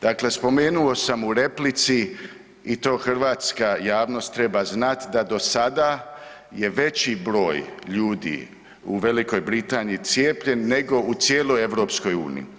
Dakle, spomenuo sam u replici i to hrvatska javnost treba znat da dosada je veći broj ljudi u V. Britaniji cijepljen nego u cijeloj EU.